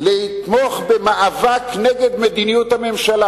לתמוך במאבק נגד מדיניות הממשלה.